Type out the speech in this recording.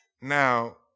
Now